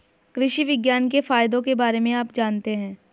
कृषि विज्ञान के फायदों के बारे में आप जानते हैं?